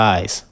Eyes